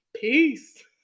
peace